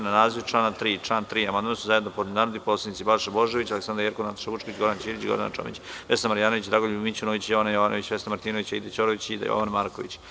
Na naziv člana 3. i član 3. amandman su zajedno podneli narodni poslanici Balša Božović, Aleksandra Jerkov, Nataša Vučković, Goran Ćirić, Gordana Čomić, Vesna Marjanović, Dragoljub Mićunović, Jovana Jovanović, Vesna Martinović, Aida Ćorović i Jovan Marković.